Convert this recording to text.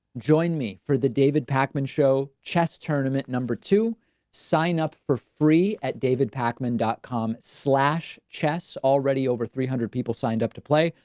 join me for the david pakman show chess tournament. no to sign up for free at david pakman dot com slash chest's. already over three hundred people signed up to play,